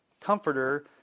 comforter